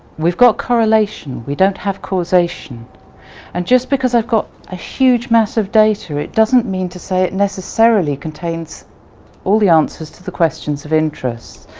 we've got correlation, we don't have causation and just because i've got a huge mass of data it doesn't mean to say it necessarily contains all the answers to the questions of interest,